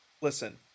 Listen